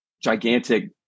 gigantic